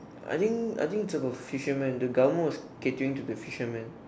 I think I think it's about the fishermen the government was catering to fishermen